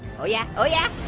oh yeah, oh yeah.